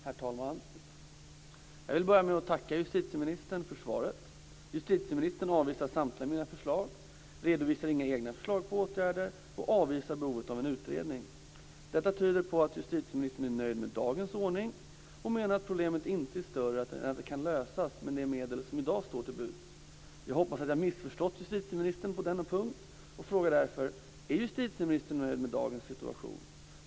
Herr talman! Jag vill börja med att tacka justitieministern för svaret. Justitieministern avvisar samtliga mina förslag, redovisar inga egna förslag till åtgärder och avvisar behovet av en utredning. Detta tyder på att justitieministern är nöjd med dagens ordning och menar att problemet inte är större än att det kan lösas med de medel som i dag står till buds. Jag hoppas att jag har missförstått justitieministern på denna punkt och frågar därför: Är justitieministern nöjd med dagens situation?